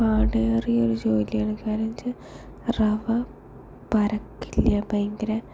പാടേറിയ ഒരു ജോലിയാണ് കാരണമെന്നു വെച്ച റവ പരക്കില്ല ഭയങ്കര